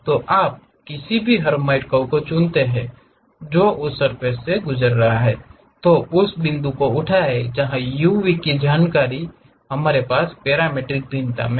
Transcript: तो आप किसी भी हेर्माइट कर्व को चुनते हैं जो उस सर्फ़ेस पर गुजर रहा है उस बिंदु को उठाएं जहां uv की जानकारी में हमारे पास पैरामीट्रिक भिन्नता है